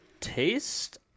taste